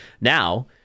now